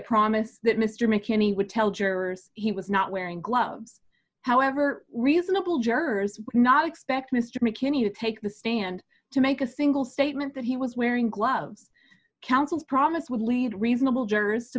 promise that mr mckinney would tell jurors he was not wearing gloves however reasonable jurors would not expect mr mckinney to take the stand to make a single statement that he was wearing gloves counsel promise would lead reasonable jurors to